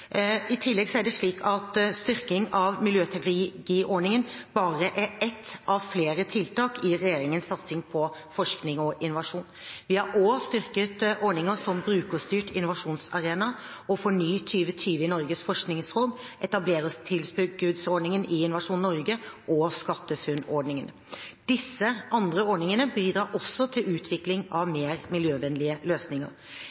I tillegg er det slik at styrking av miljøteknologiordningen bare er ett av flere tiltak i regjeringens satsing på forskning og innovasjon. Vi har også styrket ordninger som Brukerstyrt innovasjonsarena og FORNY2020 i Norges forskningsråd og etablerertilskuddsordningen i Innovasjon Norge og SkatteFUNN-ordningen. Disse andre ordningene bidrar også til utvikling av